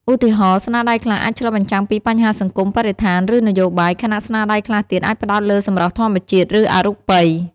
ឧទាហរណ៍ ស្នាដៃខ្លះអាចឆ្លុះបញ្ចាំងពីបញ្ហាសង្គម បរិស្ថាន ឬនយោបាយ ខណៈស្នាដៃខ្លះទៀតអាចផ្តោតលើសម្រស់ធម្មជាតិ ឬអរូបី។